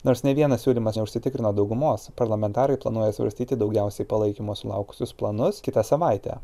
nors nė vienas siūlymas neužsitikrino daugumos parlamentarai planuoja svarstyti daugiausiai palaikymo sulaukusius planus kitą savaitę